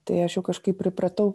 tai aš jau kažkaip pripratau